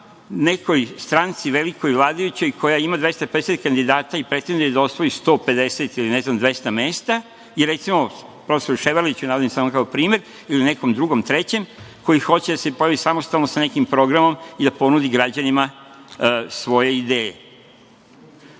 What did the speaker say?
nekoj stranci velikoj, vladajućoj koja ima 250 kandidata i pretenduje da osvoji 150 ili, ne znam, 200 mesta i, recimo, profesoru Ševarliću, njega navodim samo kao primer, ili nekom drugom, trećem, koji hoće da se pojavi samostalno sa nekim programom i da ponudi građanima svoje ideje. On